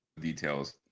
details